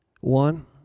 One